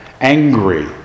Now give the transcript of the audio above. angry